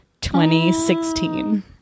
2016